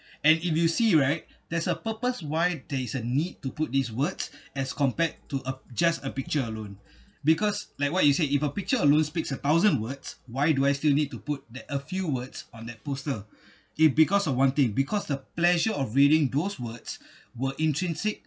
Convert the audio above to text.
and if you see right there's a purpose why there's a need to put these words as compared to a just a picture alone because like what you said if a picture alone speaks a thousand words why do I still need to put that a few words on that poster it because of one thing because the pleasure of reading those words were intrinsic